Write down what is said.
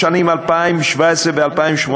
לשנים 2017 ו-2018,